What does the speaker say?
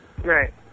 right